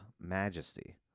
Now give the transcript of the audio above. majesty